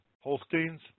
Holstein's